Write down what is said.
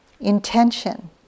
Intention